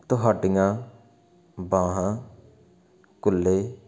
ਤੁਹਾਡੀਆਂ ਬਾਹਾਂ ਕੁੱਲੇ